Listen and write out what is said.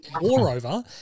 Moreover